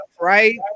Right